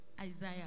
Isaiah